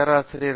பேராசிரியர் வி